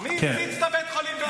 מי הפציץ את בית החולים בעזה?